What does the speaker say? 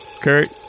Kurt